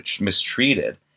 mistreated